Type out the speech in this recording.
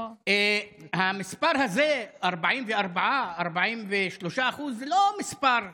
המספר הזה, 44%, 43% הוא לא מספר שולי,